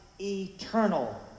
eternal